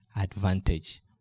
Advantage